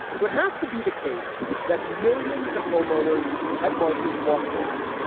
so it has to be the case that millions of homeowners had marchers walk past.